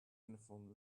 uniform